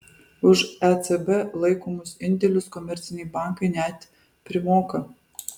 už ecb laikomus indėlius komerciniai bankai net primoka